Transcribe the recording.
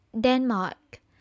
Denmark